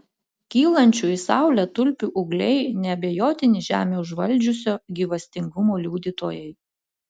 kylančių į saulę tulpių ūgliai neabejotini žemę užvaldžiusio gyvastingumo liudytojai